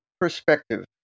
perspective